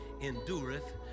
endureth